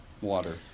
Water